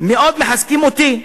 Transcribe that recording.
מאוד מחזקים אותי.